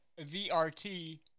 VRT